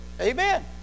Amen